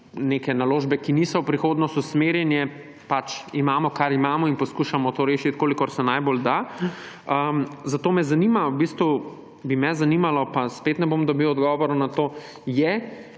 neke naložbe, ki niso v prihodnost usmerjene, pač imamo, kar imamo in poskušamo to rešiti kolikor se najbolj da, zato me zanima – v bistvu bi me zanimalo, pa spet ne bom dobil odgovora na to –,